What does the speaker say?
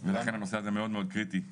ולכן הנושא הזה מאוד קריטי.